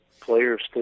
players